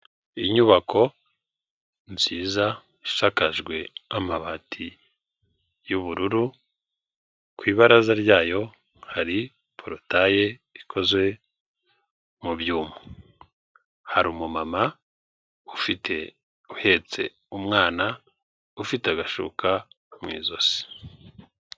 Inyubako nziza ishakajwe n'amabati y'ubururu ku ibaraza ryayo hari porotaye ikozwe mu byuma hari umumama ufite uhetse umwana ufite agashuka mu ijosi.